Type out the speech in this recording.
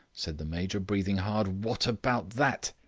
said the major, breathing hard, what about that?